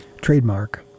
trademark